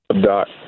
Doc